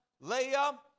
Leah